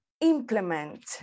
implement